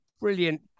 brilliant